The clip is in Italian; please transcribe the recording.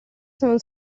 sono